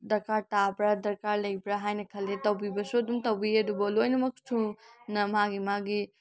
ꯗꯔꯀꯥꯔ ꯇꯥꯕ꯭ꯔꯥ ꯗꯔꯀꯥꯔ ꯂꯩꯕ꯭ꯔꯥ ꯍꯥꯏꯅ ꯈꯜꯂꯦ ꯇꯧꯕꯤꯕꯁꯨ ꯑꯗꯨꯝ ꯇꯧꯕꯤꯔꯤ ꯑꯗꯨꯕꯨ ꯂꯣꯏꯃꯛꯁꯨꯅ ꯃꯥꯒꯤ ꯃꯥꯒꯤ